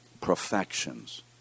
perfections